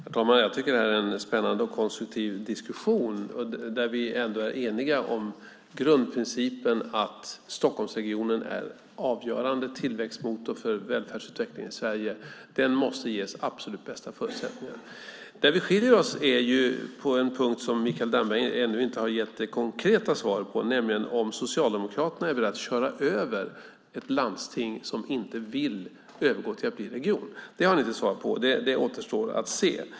Herr talman! Jag tycker att det här är en spännande och konstruktiv diskussion där vi ändå är eniga om grundprincipen att Stockholmsregionen är en avgörande tillväxtmotor för välfärdsutvecklingen i Sverige. Den måste ges de absolut bästa förutsättningarna. Vi skiljer oss på en punkt där Mikael Damberg ännu inte har gett konkreta svar, nämligen om socialdemokraterna är beredda att köra över ett landsting som inte vill övergå till att bli region. Det har ni inte svarat på, och det återstår att se.